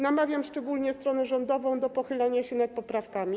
Namawiam szczególnie stronę rządową do pochylenia się nad poprawkami.